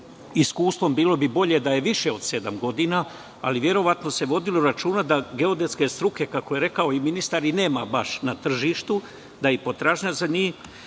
iskustvom bilo bi bolje da je više od sedam godina, ali verovatno se vodilo računa da geodetske struke, kako je rekao i ministar, nema baš na tržištu. Bolje je da je